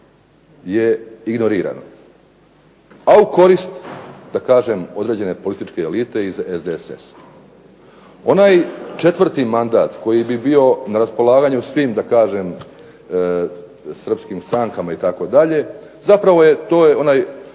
je ignorirano, a u korist da kažem određene političke elite iz SDSS-a. Onaj četvrti mandat koji bi bio na raspolaganju svim da kažem srpskim strankama itd., zapravo je, to je onaj